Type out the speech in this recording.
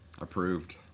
Approved